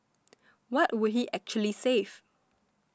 what would he actually save